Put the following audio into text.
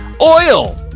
Oil